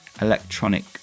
electronic